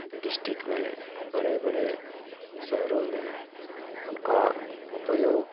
district में बड़े बड़े शहरों में उनका उपयोग